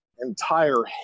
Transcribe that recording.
entire